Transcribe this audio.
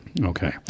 Okay